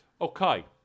Okay